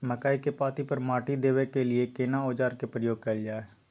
मकई के पाँति पर माटी देबै के लिए केना औजार के प्रयोग कैल जाय?